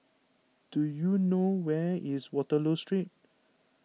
do you know where is Waterloo Street